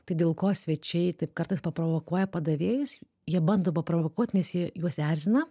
tai dėl ko svečiai taip kartais paprovokuoja padavėjus jie bando paprovokuot nes ji juos erzina